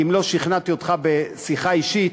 כי אם לא שכנעתי אותך בשיחה אישית,